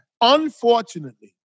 unfortunately